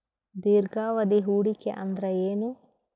ದೀರ್ಘಾವಧಿ ಹೂಡಿಕೆ ಅಂದ್ರ ಏನು?